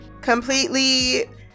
completely